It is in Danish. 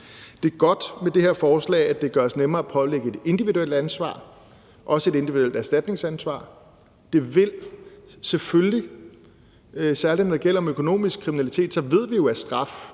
Det er godt, at det med det her forslag gøres nemmere at pålægge et individuelt ansvar – også et individuelt erstatningsansvar. Det vil selvfølgelig have en virkning, for særlig når det gælder økonomisk kriminalitet, ved vi jo, at straf